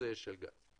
בנושא של גז.